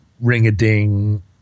ring-a-ding